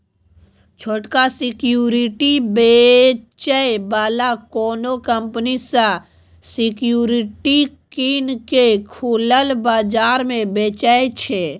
छोटका सिक्युरिटी बेचै बला कोनो कंपनी सँ सिक्युरिटी कीन केँ खुलल बजार मे बेचय छै